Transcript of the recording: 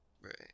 Right